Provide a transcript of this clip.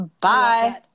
bye